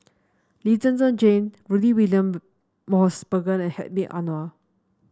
Lee Zhen Zhen Jane Rudy William Mosbergen and Hedwig Anuar